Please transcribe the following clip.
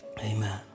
Amen